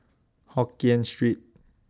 Hokien Street